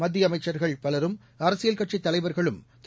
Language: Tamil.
மத்திய அமைச்சர்கள் பலரும் அரசியல்கட்சித் தலைவர்களும் திரு